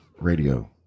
radio